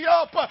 up